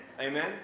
Amen